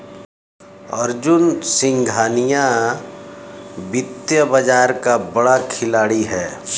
अर्जुन सिंघानिया वित्तीय बाजार का बड़ा खिलाड़ी है